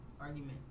argument